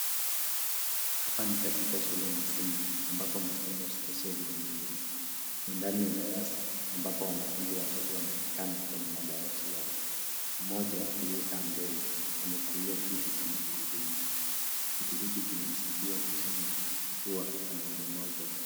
Hapa ni katika shule ya msingi ambapo masomo spesheli yanaendelea. Ni ndani ya darasa ambapo wanafunzi watatu wanaonekano kwenye madawati yao. Mmoja aliekaa mbele, amekalia kiti cha magurudumu. Kiti hiki kinamsaidia kusonga, kwa kuwa ana ulemavu wa miguu.